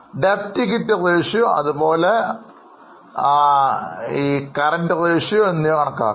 Debt equity അനുപാതം അതുപോലെ നിലവിലെ അനുപാതം എന്നിവ കണക്കാക്കാം